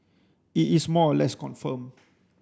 it is more or less confirmed